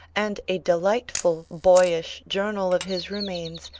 and a delightful, boyish journal of his remains,